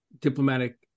diplomatic